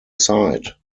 sight